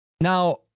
now